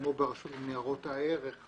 כמו ברשות לניירות ערך עם